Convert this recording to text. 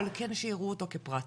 אבל כן שייראו אותו כפרט,